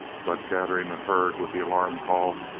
but gathering the herd with the alarm call,